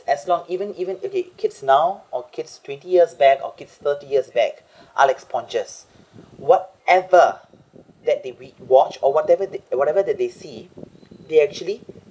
as long even even okay kids now or kids twenty years back or kids thirty years back our as whatever that they we watch or whatever they whatever that they see they actually